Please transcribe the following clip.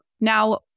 now